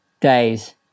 Days